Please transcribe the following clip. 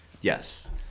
yes